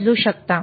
बदलू शकता